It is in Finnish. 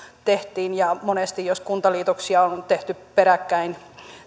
tehtiin monesti jos kuntaliitoksia on tehty peräkkäin